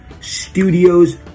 Studios